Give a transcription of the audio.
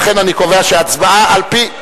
לכן אני קובע שההצבעה על-פי,